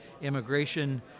immigration